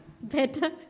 Better